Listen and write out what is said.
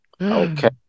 okay